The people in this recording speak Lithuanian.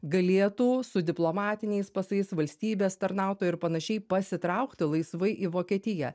galėtų su diplomatiniais pasais valstybės tarnautojų ar panašiai pasitraukti laisvai į vokietiją